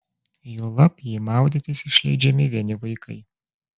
juolab jei maudytis išleidžiami vieni vaikai